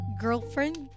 girlfriend